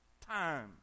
time